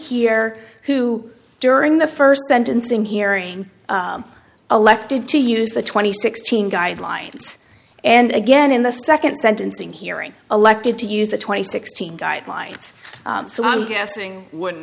here who during the first sentencing hearing elected to use the twenty six thousand guidelines and again in the second sentencing hearing elected to use the twenty sixteen guidelines so i'm guessing wouldn't